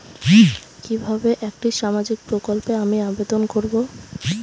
কিভাবে একটি সামাজিক প্রকল্পে আমি আবেদন করব?